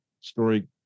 story